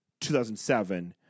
2007